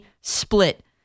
split